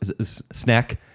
snack